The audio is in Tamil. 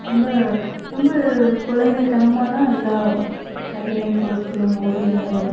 ரொம்ப ரொம்ப குழந்தை தனமாக தான் எல்லா கைவினை பொருள்களும் ஓவியங்களும்